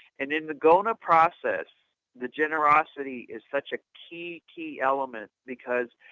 and in the gona process, the generosity is such a key, key element, because.